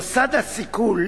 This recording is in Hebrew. מוסד הסיכול,